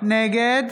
נגד